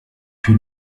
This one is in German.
für